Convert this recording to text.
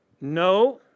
no